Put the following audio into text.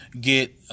get